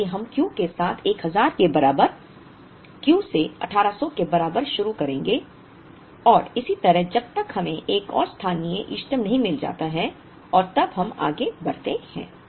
इसलिए हम Q के साथ 1000 के बराबर Q से 1800 के बराबर शुरू करेंगे और इसी तरह जब तक हमें एक और स्थानीय इष्टतम नहीं मिल जाता है और तब हम आगे बढ़ते हैं